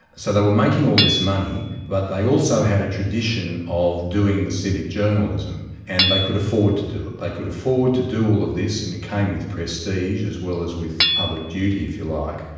so they were making all this money, but they also had a tradition of doing the civic journalism and they could afford to do it. they could afford to do all of this, and it came with prestige as well as with public duty, if you like,